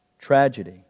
Tragedy